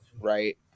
right